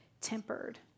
tempered